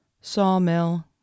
sawmill